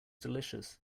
delicious